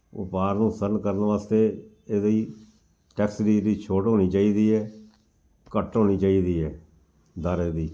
ਵਪਾਰ ਨੂੰ ਸਰਨ ਕਰਨ ਵਾਸਤੇ ਇਹਦੀ ਟੈਕਸ ਦੀ ਇਹਦੀ ਛੋਟ ਹੋਣੀ ਚਾਹੀਦੀ ਹੈ ਘੱਟ ਹੋਣੀ ਚਾਹੀਦੀ ਹੈ ਦਰ ਇਹਦੀ